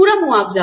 पूरा मुआवज़ा